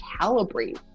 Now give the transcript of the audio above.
calibrate